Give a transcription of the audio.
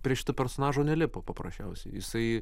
prie šito personažo nelipo paprasčiausiai jisai